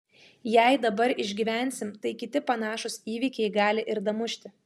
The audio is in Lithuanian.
jei dabar išgyvensim tai kiti panašūs įvykiai gali ir damušti